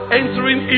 entering